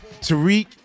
Tariq